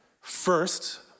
first